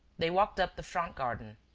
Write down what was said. they walked up the front garden.